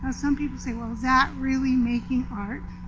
ah some people say well, is that really making art?